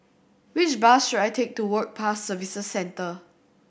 which bus should I take to Work Pass Services Centre